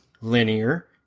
linear